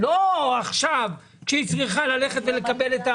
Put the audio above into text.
לא עכשיו כשהיא צריכה ללכת ולקבל.